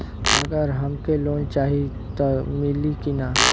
अगर हमके लोन चाही त मिली की ना?